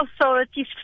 authorities